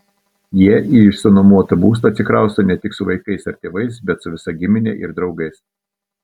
jie į išsinuomotą būstą atsikrausto ne tik su vaikais ar tėvais bet su visa gimine ir draugais